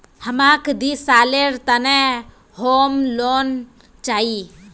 हमाक दी सालेर त न होम लोन चाहिए